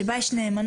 ששבה יש נאמנה,